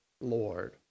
Lord